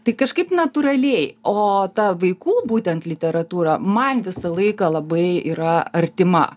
tai kažkaip natūraliai o ta vaikų būtent literatūra man visą laiką labai yra artima